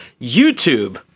YouTube